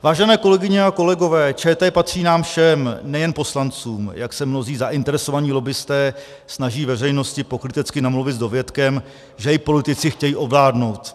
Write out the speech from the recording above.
Vážené kolegyně a kolegové, ČT patří nám všem, nejen poslancům, jak se mnozí zainteresovaní lobbisté snaží veřejnosti pokrytecky namluvit s dovětkem, že ji politici chtějí ovládnout.